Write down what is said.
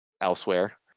elsewhere